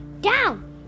down